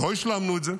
לא השלמנו את זה,